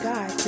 God